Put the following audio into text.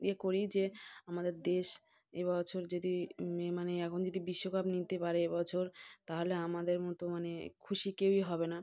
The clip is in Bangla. ইয়ে করি যে আমাদের দেশ এ বছর যদি মানে এখন যদি বিশ্বকাপ নিতে পারে এবছর তাহলে আমাদের মতো মানে খুশি কেউই হবে না